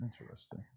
Interesting